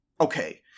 Okay